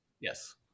Yes